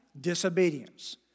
disobedience